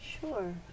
Sure